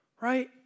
right